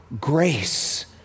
grace